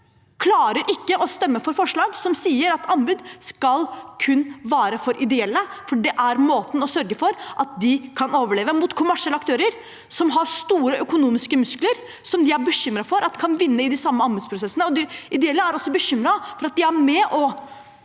klarer de ikke å stemme for forslag som sier at anbud kun skal være for ideelle, selv om det er måten å sørge for at de kan overleve mot kommersielle aktører som har store økonomiske muskler, som de er bekymret for kan vinne i de samme anbudsprosessene. De ideelle er også bekymret for at de